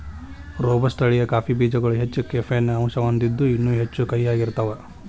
robusta ತಳಿಯ coffee ಬೇಜಗಳು ಹೆಚ್ಚ ಕೆಫೇನ್ ಅಂಶವನ್ನ ಹೊಂದಿದ್ದು ಇನ್ನೂ ಹೆಚ್ಚು ಕಹಿಯಾಗಿರ್ತಾವ